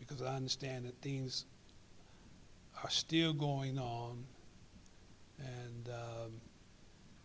because i understand that things are still going on and